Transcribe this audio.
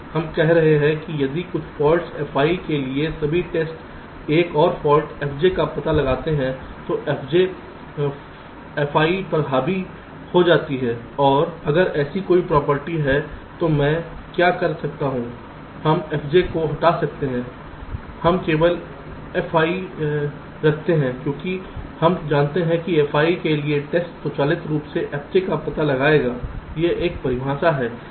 हम कह रहे हैं कि यदि कुछ फॉल्ट fi के लिए सभी टेस्ट एक और फॉल्ट fj का पता लगाते हैं तो fj फाई पर हावी हो जाती है और अगर ऐसी कोई प्रॉपर्टी है तो मैं क्या कर सकता हूं हम fj को हटा सकते हैं हम केवल fi रखते हैं क्योंकि हम जानते हैं कि fi के लिए टेस्ट स्वचालित रूप से fj का पता लगाएगा यह एक परिभाषा है